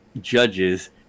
judges